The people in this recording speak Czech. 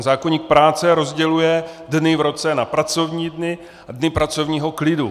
Zákoník práce rozděluje dny v roce na pracovní dny a dny pracovního klidu.